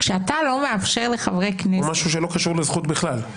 כשאתה לא מאפשר לחברי כנסת --- או משהו שלא קשור לזכות בכלל.